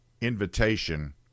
invitation